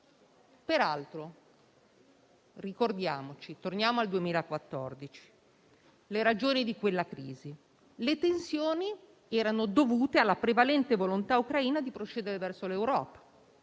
Peraltro ricordiamo, e torniamo al 2014, alle ragioni di quella crisi; le tensioni erano dovute alla prevalente volontà ucraina di procedere verso l'Europa.